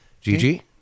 Gigi